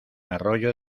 arroyo